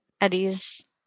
Eddie's